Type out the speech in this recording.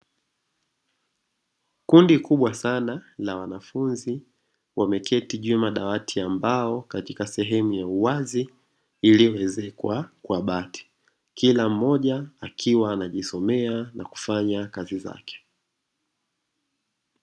Kundi kubwa sana la wanafunzi wameketi juu ya madawati ya mbao katika sehemu ya uwazi iliyoezekwa kwa bati, kila mmoja akiwa anajisomea na kufanya kazi zake.